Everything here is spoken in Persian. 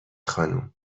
خانم